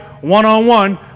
one-on-one